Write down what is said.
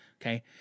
okay